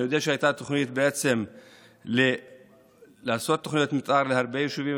אני יודע שהייתה תוכנית לעשות תוכניות מתאר להרבה יישובים,